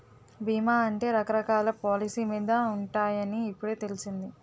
బీమా అంటే రకరకాల పాలసీ మీద ఉంటాయని ఇప్పుడే తెలిసింది